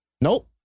nope